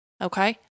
Okay